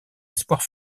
espoirs